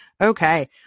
Okay